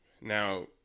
Now